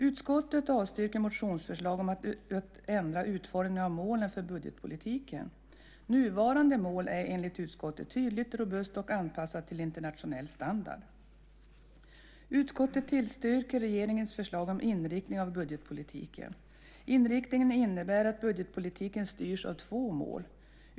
Utskottet avstyrker motionsförslag om att ändra utformningen av målen för budgetpolitiken. Nuvarande mål är enligt utskottet tydligt, robust och anpassat till internationell standard. Utskottet tillstyrker regeringens förslag om inriktning av budgetpolitiken. Inriktningen innebär att budgetpolitiken styrs av två mål.